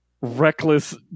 reckless